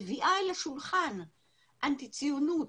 מביאה אל השולחן אנטי ציונות,